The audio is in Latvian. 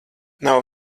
nav